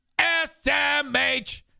SMH